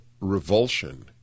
revulsion